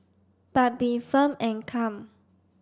but be firm and calm